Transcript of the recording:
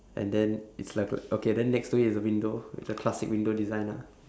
and then it's like okay then next to him is a window it's a classic window design ah